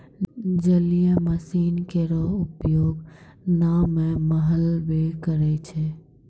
जलीय मसीन केरो उपयोग नाव म मल्हबे करै छै?